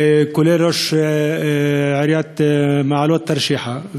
כולל ראש עיריית מעלות תרשיחא.